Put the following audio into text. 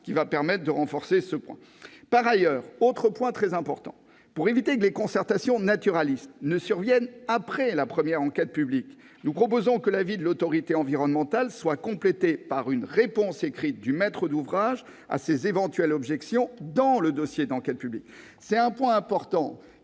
qui va permettre de renforcer ce point. Par ailleurs, pour éviter que les concertations naturalistes ne surviennent après la première enquête publique, nous proposons que l'avis de l'Autorité environnementale soit complété par une réponse écrite du maître d'ouvrage à ses éventuelles objections dans le dossier d'enquête publique. C'est un point important,